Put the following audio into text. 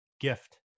gift